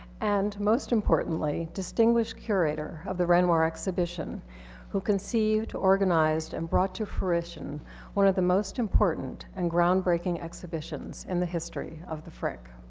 and most importantly, distinguished curator of the renoir exhibition who conceived, organized, and brought to fruition one of the most important and groundbreaking exhibitions in the history of the frick.